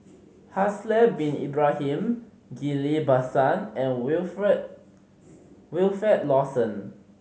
Haslir Bin Ibrahim Ghillie Basan and Wilfed Wilfed Lawson